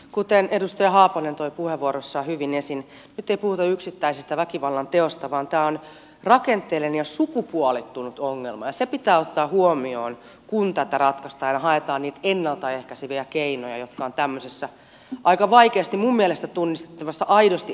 kuten edustaja haapanen toi puheenvuorossaan hyvin esiin nyt ei puhuta yksittäisestä väkivallanteosta vaan tämä on rakenteellinen ja sukupuolittunut ongelma ja se pitää ottaa huomioon kun tätä ratkaistaan ja haetaan niitä ennalta ehkäiseviä keinoja jotka ovat tämmöisessä aika vaikeasti minun mielestäni tunnistettavissa aidosti ennalta ehkäisevät keinot